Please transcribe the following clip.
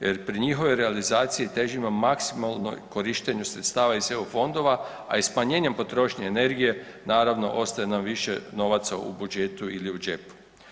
Jer pri njihovoj realizaciji težimo maksimalnom korištenju sredstava iz EU fondova, a i smanjenju potrošnje energije naravno ostaje nam više novaca u budžetu ili u džepu.